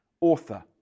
author